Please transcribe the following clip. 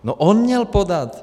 No on měl podat!